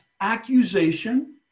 accusation